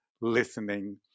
listening